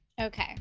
Okay